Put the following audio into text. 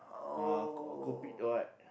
uh co~ Coupet or what